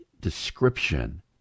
description